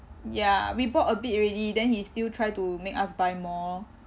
ya we bought a bit already then he still try to make us buy more lor